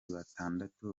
batandatu